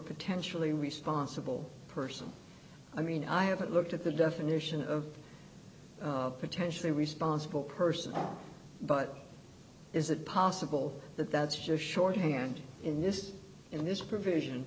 potentially responsible person i mean i haven't looked at the definition of potentially responsible person but is it possible that that's your shorthand in this in this provision